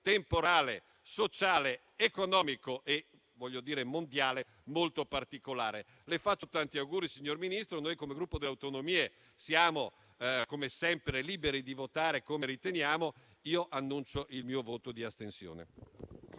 temporale, sociale, economico e mondiale molto particolare. Le faccio tanti auguri, signor Ministro. Noi come Gruppo Per le Autonomie siamo, come sempre, liberi di votare come riteniamo. Annuncio pertanto il mio voto di astensione.